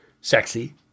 sexy